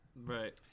right